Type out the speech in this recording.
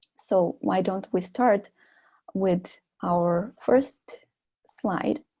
so, why don't we start with our first slide